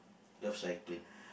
love cycling